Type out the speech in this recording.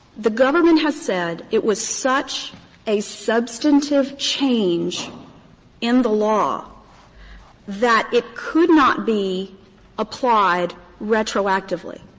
the government has said it was such a substantive change in the law that it could not be applied retroactively.